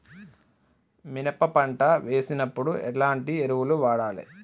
మినప పంట వేసినప్పుడు ఎలాంటి ఎరువులు వాడాలి?